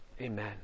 Amen